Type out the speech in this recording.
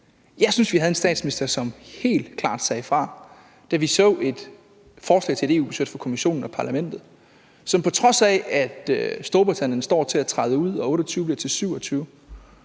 Jeg synes, at vi havde en statsminister, som helt klart sagde fra, da vi så et forslag til et EU-budget fra Kommissionen og Parlamentet, som på trods af at Storbritannien står til at træde ud og 28 medlemslande